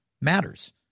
matters